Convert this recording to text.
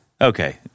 okay